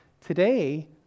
Today